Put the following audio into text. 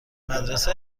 مدرسه